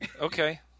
Okay